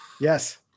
Yes